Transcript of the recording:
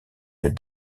une